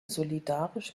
solidarisch